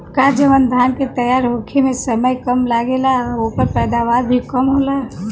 का जवन धान के तैयार होखे में समय कम लागेला ओकर पैदवार भी कम होला?